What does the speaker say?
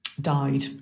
died